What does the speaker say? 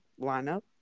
lineup